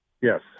Yes